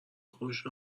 خوش